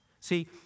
See